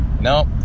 no